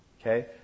Okay